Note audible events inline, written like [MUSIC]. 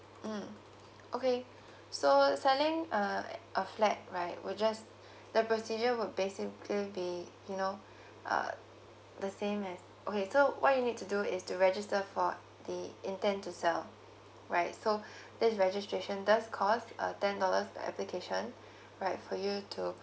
mm okay [BREATH] so selling uh a flat right will just [BREATH] the procedure will basically be you know [BREATH] uh the same as okay so what you need to do is to register for the intent to sell right so [BREATH] this registration does cost uh ten dollars per application [BREATH] right for you to